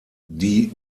die